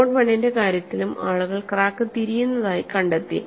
mode I ന്റെ കാര്യത്തിലും ആളുകൾ ക്രാക്ക് തിരിയുന്നതായി കണ്ടെത്തി